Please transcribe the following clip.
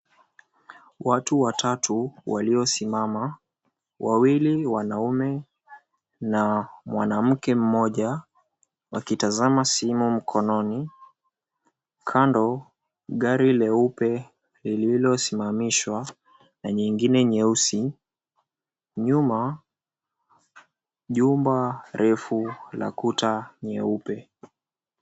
Watu watatu waliosimama. Wawili wanaume na mwanamke mmoja, wakitazama simu mkononi. Kando gari leupe lililosimamishwa na nyingine nyeusi. Nyuma, jumba refu la kuta nyeupe.